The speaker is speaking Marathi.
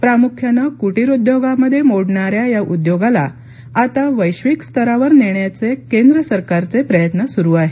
प्रामुख्याने कुटीर उद्योगामध्ये मोडणाऱ्या या उद्योगाला आता वैश्विक स्तरावर नेण्याचे केंद्र सरकारचे प्रयत्न सुरु आहेत